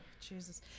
Jesus